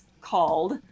called